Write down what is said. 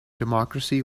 democracy